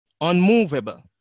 unmovable